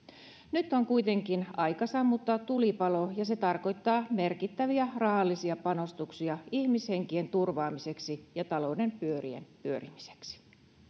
nyt on kuitenkin aika sammuttaa tulipalo ja se tarkoittaa merkittäviä rahallisia panostuksia ihmishenkien turvaamiseksi ja talouden pyörien pyörimiseksi